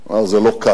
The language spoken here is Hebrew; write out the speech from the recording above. הוא אמר: זה לא קל.